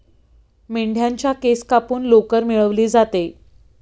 मेंढ्यांच्या केस कापून लोकर मिळवली जाते